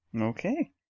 Okay